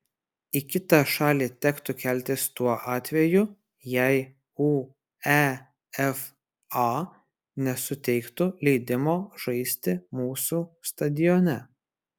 į kitą šalį tektų keltis tuo atveju jei uefa nesuteiktų leidimo žaisti mūsų stadione